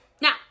Now